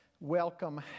Welcome